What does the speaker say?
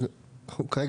את הגלגל